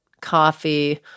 Coffee